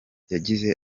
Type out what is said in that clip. yagize